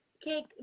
Cake